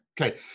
Okay